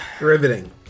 Riveting